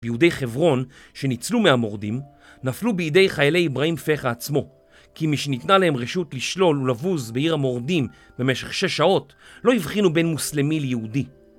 ביהודי חברון שניצלו מהמורדים נפלו בידי חיילי איברהים פחא עצמו כי משניתנה להם רשות לשלול ולבוז בעיר המורדים במשך שש שעות לא הבחינו בן מוסלמי ליהודי